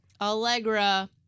Allegra